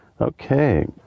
Okay